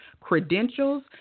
credentials